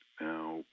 Now